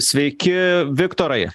sveiki viktorai